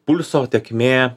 pulso tėkmė